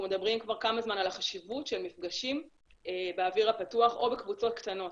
מדברים כבר כמה זמן על החשיבות של מפגשים באוויר הפתוח או בקבוצות קטנות.